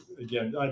again